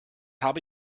habe